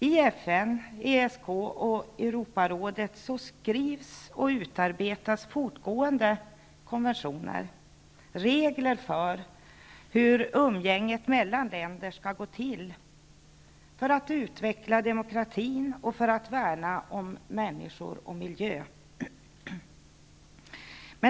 I FN, i ESK och i Europarådet skrivs och utarbetas fortgående konventioner -- regler för hur umgänget mellan länder skall gå till, för att utveckla demokratin och för att värna människor och miljö.